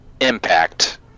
impact